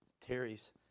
Terry's